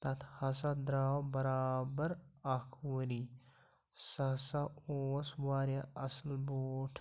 تَتھ ہَسا درٛاو برابر اَکھ ؤری سُہ ہَسا اوس واریاہ اَصٕل بوٗٹھ